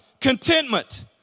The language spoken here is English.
Contentment